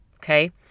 Okay